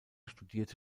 studierte